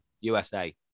USA